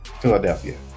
Philadelphia